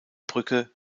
brügge